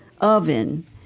oven